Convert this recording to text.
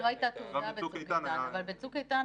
ב"צוק איתן",